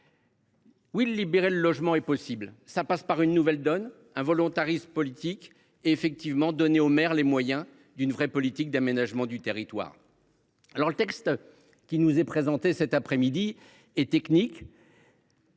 Oui, libérer le logement est possible. Cela passe par une nouvelle donne, un volontarisme politique, qui octroie aux maires les moyens de mener une véritable politique d’aménagement du territoire. Le texte qui nous est présenté cet après midi est technique.